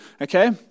okay